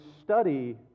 study